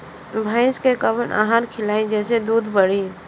भइस के कवन आहार खिलाई जेसे दूध बढ़ी?